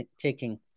taking